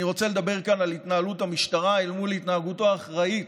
אני רוצה לדבר כאן על התנהלות המשטרה אל מול התנהגותו האחראית,